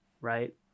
right